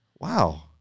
Wow